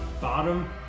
bottom